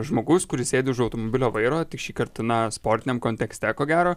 žmogus kuris sėdi už automobilio vairo tik šįkart na sportiniam kontekste ko gero